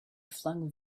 flung